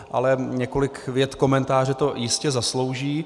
Ale několik vět komentáře to jistě zaslouží.